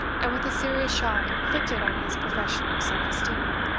and with a serious shock inflicted on his professional self-esteem.